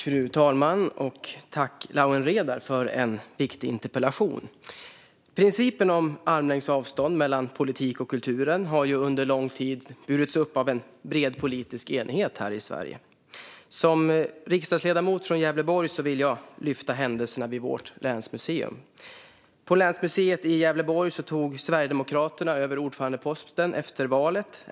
Fru talman! Tack, Lawen Redar, för en viktig interpellation! Principen om armlängds avstånd mellan politik och kultur har under lång tid burits upp av en bred politisk enighet här i Sverige. Som riksdagsledamot från Gävleborg vill jag lyfta händelserna vid vårt länsmuseum. På Länsmuseet Gävleborg tog Sverigedemokraterna över ordförandeposten efter valet.